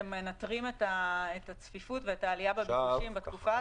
אתם מנטרים את הצפיפות ואת העלייה בביקושים בתקופה הזאת?